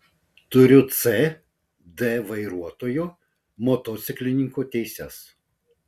turiu c d vairuotojo motociklininko teises